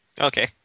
Okay